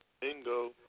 Bingo